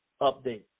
update